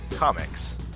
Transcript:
Comics